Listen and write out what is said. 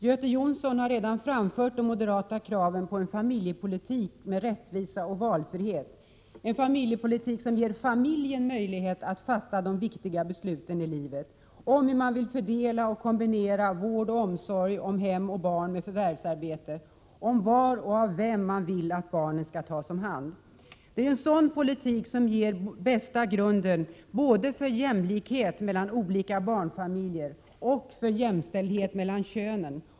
Göte Jonsson har framfört de moderata kraven på en familjepolitik med rättvisa och valfrihet, en familjepolitik som ger familjen möjlighet att fatta de viktiga besluten i livet — om hur man vill fördela och kombinera vård och omsorg om hem och barn med förvärvsarbete, om var och av vem man vill att barnen skall tas om hand. Det är en sådan politik som ger bästa grunden både för jämlikhet mellan olika barnfamiljer och för jämställdhet mellan könen.